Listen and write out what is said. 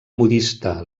modista